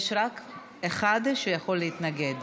יש רק אחד שיכול להתנגד.